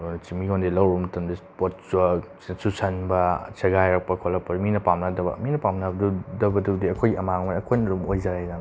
ꯁꯤ ꯃꯤꯉꯣꯟꯗꯒꯤ ꯂꯧꯔꯨꯕ ꯃꯇꯝꯗ ꯄꯣꯠ ꯆꯨꯁꯤꯟꯕ ꯁꯦꯒꯥꯏꯔꯛꯄ ꯈꯣꯠꯂꯛꯄꯗ ꯃꯤꯅ ꯄꯥꯝꯅꯗꯕ ꯃꯤꯅ ꯄꯥꯝꯅꯗꯕꯗꯨꯗꯤ ꯑꯩꯈꯣꯏꯒꯤ ꯑꯃꯥꯡꯕꯅꯤ ꯑꯩꯈꯣꯏꯒꯤ ꯑꯗꯨꯝ ꯑꯣꯏꯖꯔꯦꯗꯅ